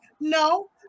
no